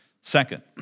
Second